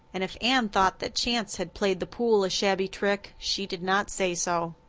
and if anne thought that chance had played the pool a shabby trick she did not say so.